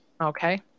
Okay